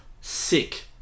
Sick